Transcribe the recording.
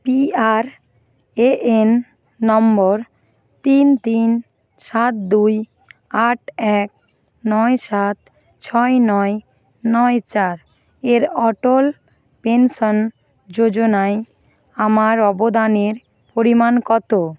P R A N নম্বর তিন তিন সাত দুই আট এক নয় সাত ছয় নয় নয় চার এর অটল পেনশন যোজনায় আমার অবদানের পরিমাণ কত